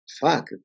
fuck